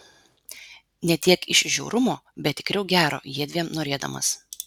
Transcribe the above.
ne tiek iš žiaurumo bet tikriau gero jiedviem norėdamas